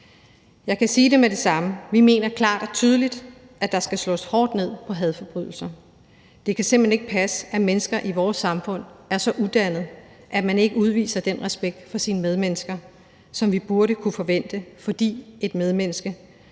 Jeg kan med det samme sige, at vi klart og tydeligt mener, at der skal slås hårdt ned på hadforbrydelser. Det kan simpelt hen ikke passe, at mennesker i vores samfund er så udannede, at man ikke udviser den respekt for sine medmennesker, som vi burde kunne forvente, fordi et medmenneske